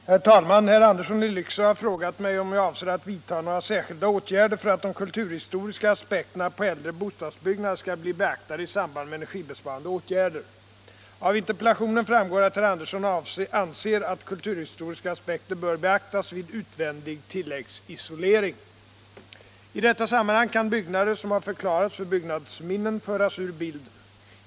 75, och anförde: Herr talman! Herr Andersson i Lycksele har frågat mig om jag avser att vidta några särskilda åtgärder för att de kulturhistoriska aspekterna på äldre bostadsbyggnader skall bli beaktade i samband med energibesparande åtgärder. Av interpellationen framgår att herr Andersson anser att kulturhistoriska aspekter bör beaktas vid utvändig tilläggsisolering. I detta sammanhang kan byggnader som har förklarats för byggnadsminnen föras ur bilden.